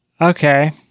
Okay